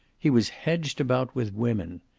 he was hedged about with women.